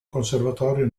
conservatorio